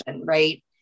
right